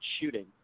shooting